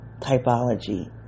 typology